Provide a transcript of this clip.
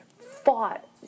fought